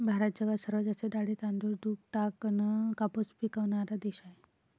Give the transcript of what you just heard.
भारत जगात सर्वात जास्त डाळी, तांदूळ, दूध, ताग अन कापूस पिकवनारा देश हाय